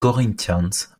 corinthians